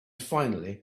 finally